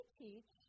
teach